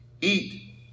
eat